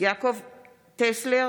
יעקב טסלר,